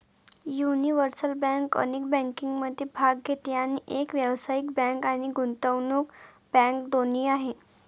universal bank अनेक बँकिंगमध्ये भाग घेते आणि एक व्यावसायिक बँक आणि गुंतवणूक बँक दोन्ही आहे